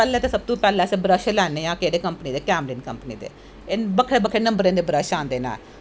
पैह्लैं ते सब तो पैह्लैं अस ब्रश लैन्नें आं केह्ड़ी कंपनी दे कैमलन कंपनी दे एह् बक्खरे बक्खरे नंबरें दे ब्रश आंदे नै